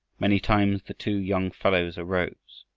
many times the two young fellows arose,